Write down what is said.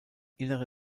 innere